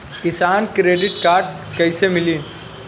किसान credit card कइसे मिली?